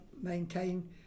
maintain